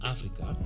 Africa